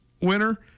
winner